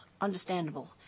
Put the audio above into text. understandable